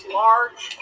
large